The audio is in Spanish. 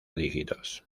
dígitos